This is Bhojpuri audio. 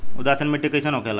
उदासीन मिट्टी कईसन होखेला?